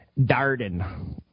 Darden